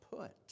put